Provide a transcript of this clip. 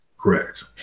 Correct